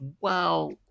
wow